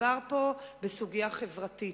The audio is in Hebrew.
מדובר פה בסוגיה חברתית,